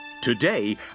Today